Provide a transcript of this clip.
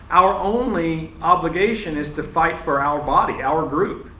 our only obligation is to fight for our body, our group.